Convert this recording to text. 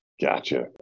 Gotcha